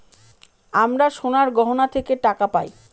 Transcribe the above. আমরা সোনার গহনা থেকে টাকা পায়